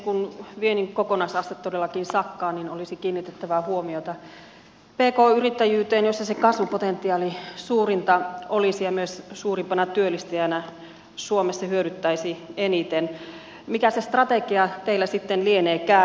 kun viennin kokonaisaste todellakin sakkaa niin olisi kiinnitettävä huomiota pk yrittäjyyteen jossa se kasvupotentiaali olisi suurinta ja joka myös suurimpana työllistäjänä suomessa hyödyttäisi eniten mikä se strategia teillä sitten lieneekään